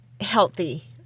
healthy